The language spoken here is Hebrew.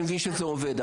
אני מבין שזה עובד,